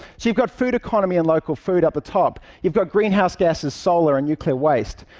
so you've got food economy and local food at the top, you've got greenhouse gases, solar and nuclear waste.